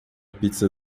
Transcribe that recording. pizza